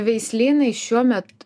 veislynai šiuo met